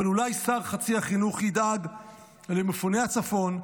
אבל אולי שר חצי החינוך ידאג למפוני הצפון,